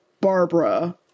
Barbara